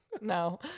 No